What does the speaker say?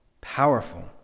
Powerful